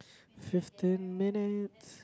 fifteen minutes